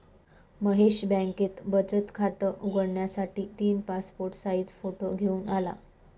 महेश बँकेत बचत खात उघडण्यासाठी तीन पासपोर्ट साइज फोटो घेऊन आला